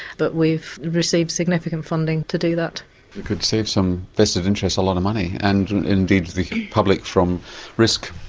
but we've received significant funding to do that. it could save some vested interests a lot of money and indeed the public from risk.